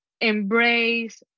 embrace